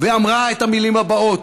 ואמרה את המילים הבאות: